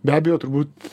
be abejo turbūt